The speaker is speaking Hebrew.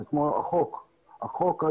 זה כמו החוק היום,